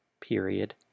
period